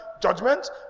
judgment